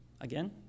Again